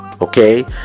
okay